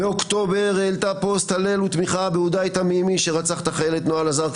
באוקטובר העלתה פוסט הלל ותמיכה בעודאי תמימי שרצח את החיילת נעה לזר.